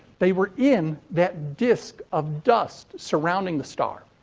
they were in that disk of dust surrounding the star.